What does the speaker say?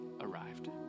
arrived